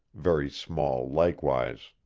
very small likewise.